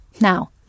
Now